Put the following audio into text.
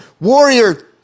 warrior